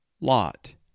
Lot